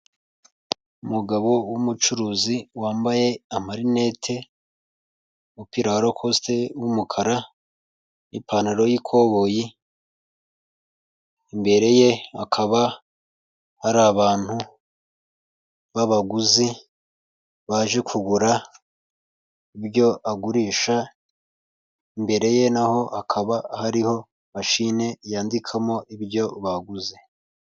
Umugabo w'umucuruzi wambaye amarinete, umupira wa la kosite w'umukara n'ipantaro y'ikoboyi imbere ye hakaba hari abantu b'abaguzi baje kugura ibyo agurisha, imbere ye naho hakaba hariho mashine yandikamo ibyo baguze.